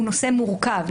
הוא נושא מורכב.